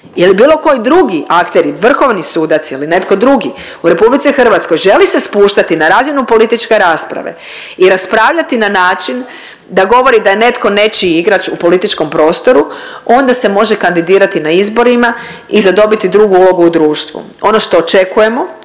ili bilo koji drugi akteri, vrhovni sudac ili netko drugi u RH želi se spuštati na razinu političke rasprave i raspravljati način da govori da je netko nečiji igrač u političkom prostoru onda se može kandidirati na izborima i zadobiti drugu ulogu u društvu. Ono što očekujemo